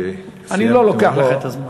אני לא לוקח לך את הזמן.